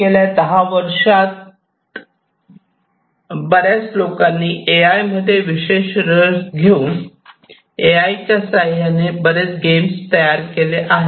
गेल्या दहा वर्षात बऱ्याच लोकांनी ए आय मध्ये विशेष रस घेऊन ए आय च्या साह्याने बरेच गेम्स तयार केले आहे